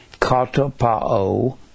katapao